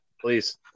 Please